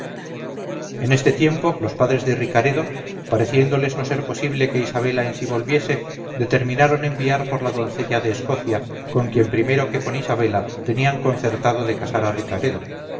en este tiempo los padres de ricaredo pareciéndoles no ser posible que isabela en sí volviese determinaron enviar por la doncella de escocia con quien primero que con isabela tenían concertado de casar a ricaredo